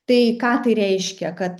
tai ką tai reiškia kad